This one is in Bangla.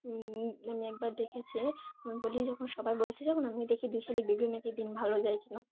আমি একবার দেখেছি আমি বলি যখন সবাই বলছে যখন আমি দেখি দুই শালিক দেখলি নাকি দিন ভালো যায়